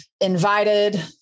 invited